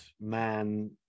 man